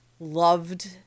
loved